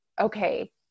okay